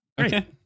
Okay